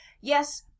yes